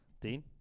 Dean